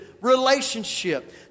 relationship